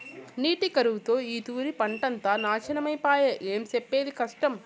నీటి కరువుతో ఈ తూరి పంటంతా నాశనమై పాయె, ఏం సెప్పేది కష్టం